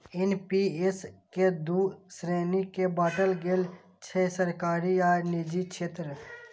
NPS कें दू श्रेणी मे बांटल गेल छै, सरकारी आ निजी क्षेत्र